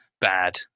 bad